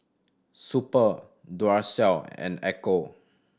Super Duracell and Ecco